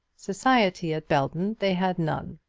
society at belton they had none,